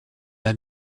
m’a